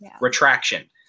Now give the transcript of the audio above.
retraction